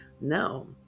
no